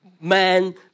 man